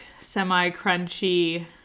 semi-crunchy